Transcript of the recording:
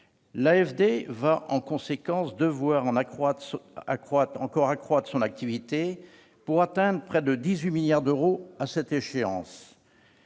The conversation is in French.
en 2022. En conséquence, l'AFD devra encore accroître son activité, pour atteindre près de 18 milliards d'euros à cette échéance.